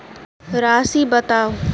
राशि बताउ